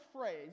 phrase